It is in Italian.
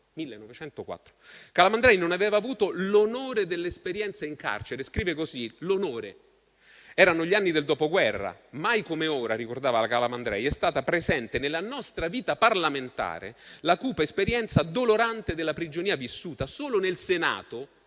1904. Calamandrei non aveva avuto l'onore dell'esperienza in carcere. Scrive così: l'onore. Erano gli anni del Dopoguerra, mai come ora - ricordava Calamandrei - è stata presente nella nostra vita parlamentare la cupa esperienza dolorante della prigionia vissuta. Solo nel Senato